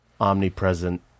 omnipresent